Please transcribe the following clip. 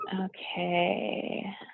Okay